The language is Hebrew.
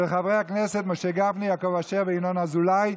של חברי הכנסת משה גפני, יעקב אשר וינון אזולאי.